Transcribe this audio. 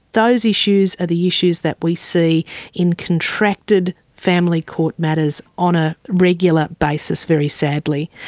those issues are the issues that we see in contracted family court matters on a regular basis, very sadly.